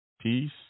peace